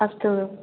अस्तु